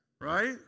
right